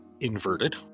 inverted